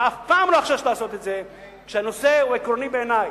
ואף פעם לא אחשוש לעשות את זה כשהנושא הוא עקרוני בעיני.